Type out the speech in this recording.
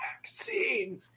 vaccine